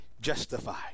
justified